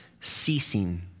ceasing